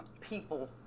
people